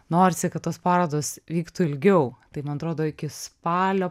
norisi kad tos parodos vyktų ilgiau tai man atrodo iki spalio